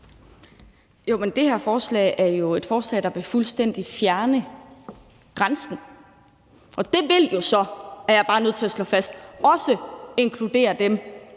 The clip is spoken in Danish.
Men det her forslag er jo et forslag, der fuldstændig vil fjerne grænsen, og det vil så, er jeg bare nødt til at slå fast, også inkludere dem,